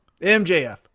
MJF